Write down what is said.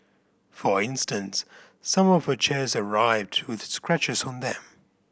for instance some of her chairs arrived with scratches on them